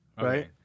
right